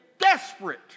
desperate